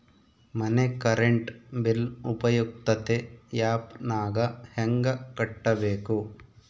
ಮನೆ current bill ಉಪಯುಕ್ತತೆ app ನಾಗ ಹೆಂಗ ಕಟ್ಟಬೇಕು?